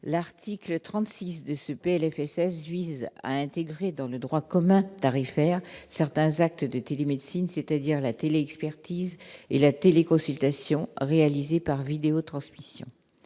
l'article 36 de ce PLFSS vise à intégrer dans le droit commun tarifaire certains actes de télémédecine, c'est-à-dire la télé-expertise et la téléconsultation, réalisée par vidéo-transmission